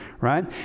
right